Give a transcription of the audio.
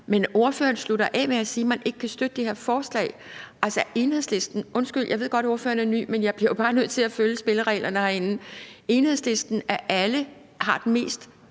Men ordføreren slutter af med at sige, at man ikke kan støtte det her forslag. Undskyld, jeg ved godt, at ordføreren er ny, men jeg bliver jo bare nødt til at følge spillereglerne herinde: Enhedslisten af alle har den mest